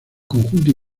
conjunto